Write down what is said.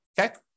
okay